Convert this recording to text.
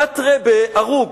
פתרין בהרוג: